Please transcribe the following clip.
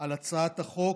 על הצעת החוק